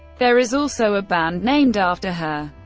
there is also a band named after her.